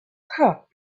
crook